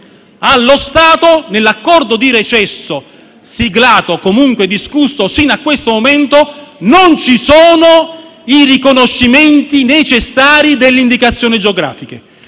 allo stato nell'accordo di recesso siglato o comunque discusso fino a questo momento, non ci sono i riconoscimenti necessari delle indicazioni geografiche.